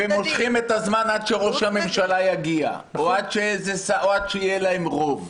-- ומושכים את הזמן עד שראש הממשלה יגיע או עד שיהיה להם רוב.